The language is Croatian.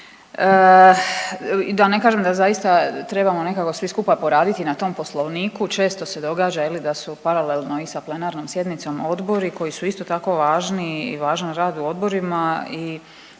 da ne kažem da zaista trebamo nekako svi skupa poraditi na tom poslovniku, često se događa je li da su paralelno i sa plenarnom sjednicom odbori koji su isto tako važni i važan rad u odborima